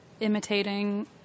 imitating